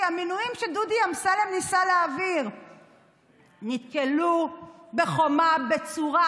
כי המינויים שדודי אמסלם ניסה להעביר נתקלו בחומה בצורה.